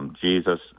Jesus